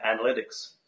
Analytics